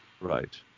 Right